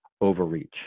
overreach